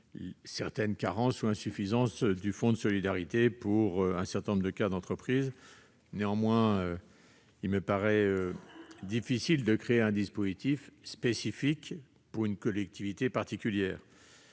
ou insuffisances qui sont celles du fonds de solidarité dans un certain nombre de cas. Néanmoins, il me paraît difficile de créer un dispositif spécifique pour une collectivité particulière,